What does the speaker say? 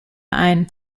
ein